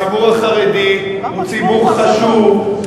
הציבור החרדי הוא ציבור חשוב,